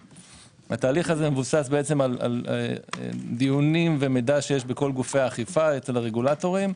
התהליך הזה מבוסס על דיונים ומידע שיש בכל גופי האכיפה אצל הרגולטורים.